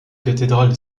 cathédrale